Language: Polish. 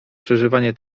przeżywanie